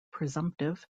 presumptive